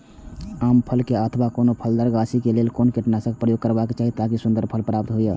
आम क फल में अथवा कोनो फलदार गाछि क लेल कोन कीटनाशक प्रयोग करबाक चाही ताकि सुन्दर फल प्राप्त हुऐ?